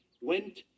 went